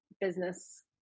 business